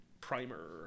Primer